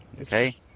Okay